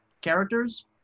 characters